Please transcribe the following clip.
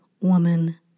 woman